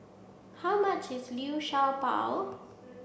how much is Liu Sha Bao